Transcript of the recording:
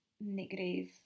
negative